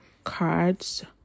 cards